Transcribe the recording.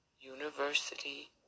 University